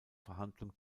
verhandlung